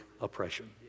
oppression